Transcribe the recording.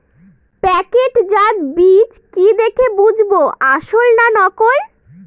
প্যাকেটজাত বীজ কি দেখে বুঝব আসল না নকল?